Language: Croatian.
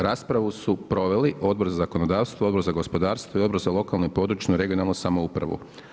Raspravu su proveli Odbor za zakonodavstvo, Odbor za gospodarstvo i Odbor za lokalnu, područnu, regionalnu samoupravu.